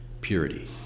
purity